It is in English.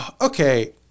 okay